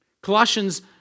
Colossians